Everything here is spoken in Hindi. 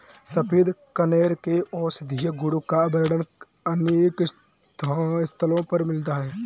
सफेद कनेर के औषधीय गुण का वर्णन अनेक स्थलों पर मिलता है